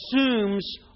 assumes